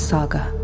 Saga